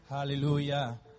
Hallelujah